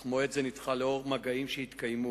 אך מועד זה נדחה בשל מגעים שהתקיימו